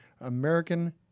American